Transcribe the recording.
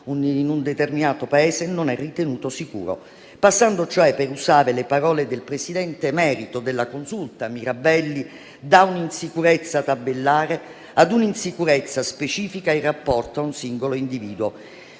un determinato Paese non è ritenuto sicuro, passando, cioè, per usare le parole del presidente emerito della Consulta Mirabelli, da un'insicurezza tabellare ad un'insicurezza specifica in rapporto a un singolo individuo.